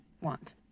want